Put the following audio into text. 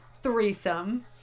Threesome